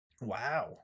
Wow